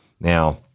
Now